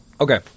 Okay